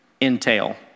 entail